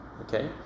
Okay